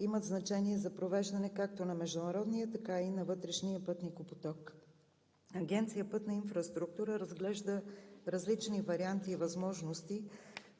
имат значение за провеждане както на международния, така и на вътрешния пътникопоток. Агенция „Пътна инфраструктура“ разглежда различни варианти и възможности